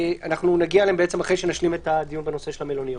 שנגיע אליהם אחרי שנשלים את הדיון בנושא של המלוניות.